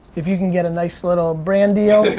if you can get a nice little brand deal,